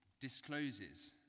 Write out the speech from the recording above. discloses